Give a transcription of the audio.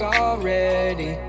already